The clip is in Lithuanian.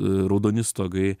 raudoni stogai